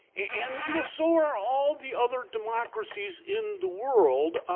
and, you know, so are all the other democracies in the world,